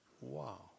Wow